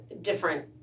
different